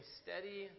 steady